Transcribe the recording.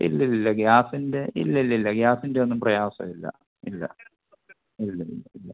ഇല്ലില്ലില്ല ഗ്യാസിൻ്റെ ഇല്ലില്ലില്ല ഗ്യാസിൻ്റെയൊന്നും പ്രയാസം ഇല്ല ഇല്ല ഇല്ല ഇല്ല ഇല്ല